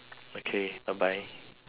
okay bye bye